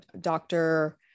doctor